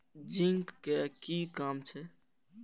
Zinc के कि काम छै?